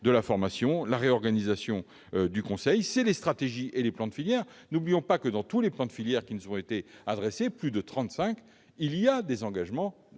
de la formation, par la réorganisation du conseil, par les stratégies et les plans de filière ; n'oublions pas que, dans tous les plans de filière qui nous ont été adressés- plus de trente-cinq -, il y a des engagements,